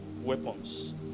weapons